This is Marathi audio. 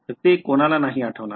नाही ते कोणाला नाही आठवत